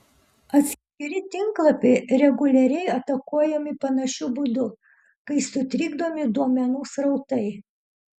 atskiri tinklapiai reguliariai atakuojami panašiu būdu kai sutrikdomi duomenų srautai